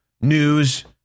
news